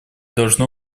должно